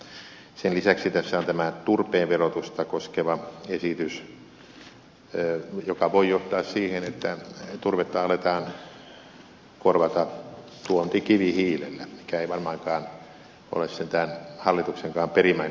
sen lisäksi tässä on tämä turpeen verotusta koskeva esitys joka voi johtaa siihen että turvetta aletaan korvata tuontikivihiilellä mikä ei varmaankaan ole sentään hallituksenkaan perimmäinen tarkoitus